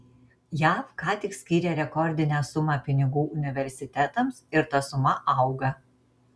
jav ką tik skyrė rekordinę sumą pinigų universitetams ir ta suma auga